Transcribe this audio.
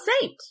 saint